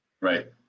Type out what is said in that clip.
Right